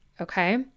okay